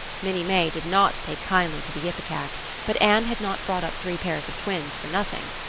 minnie may did not take kindly to the ipecac but anne had not brought up three pairs of twins for nothing.